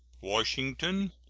washington,